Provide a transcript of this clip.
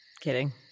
Kidding